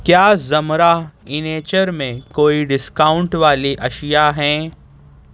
کیا زمرہ اینیچر میں کوئی ڈسکاؤنٹ والی اشیاء ہیں